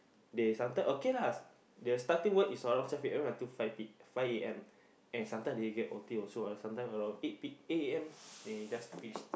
they sometime okay lah their starting work is around twelve a_m to five P five a_m and sometime they get o_t also sometime around eight P eight a_m they just finish